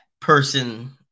person